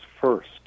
first